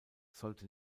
sollte